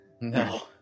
No